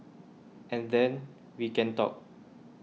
and then we can talk